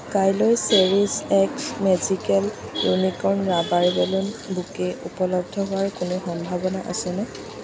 কাইলৈ cherish x magical unicorn rubber balloon bouquet উপলব্ধ হোৱাৰ কোনো সম্ভাৱনা আছেনে